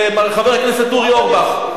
חבר הכנסת אורי אורבך.